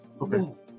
Okay